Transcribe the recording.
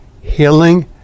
healing